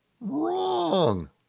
Wrong